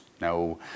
no